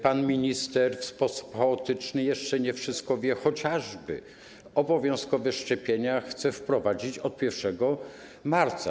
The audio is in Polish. Pan minister działa w sposób chaotyczny, jeszcze nie wszystko wie, chociażby obowiązkowe szczepienia chce wprowadzić od 1 marca.